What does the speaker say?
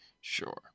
sure